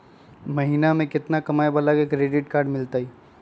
महीना में केतना कमाय वाला के क्रेडिट कार्ड मिलतै?